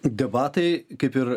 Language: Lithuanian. debatai kaip ir